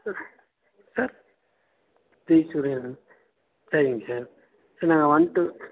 sir தீ சுரியண சரிங்க சார் ச நாங்கள் வந்துட்டு